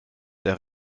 der